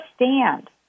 understand